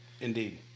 Indeed